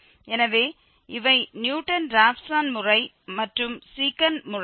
எனவே இவை Newton Raphson முறை மற்றும் செகாண்ட் முறை